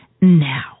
now